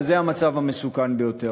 וזה המצב המסוכן ביותר.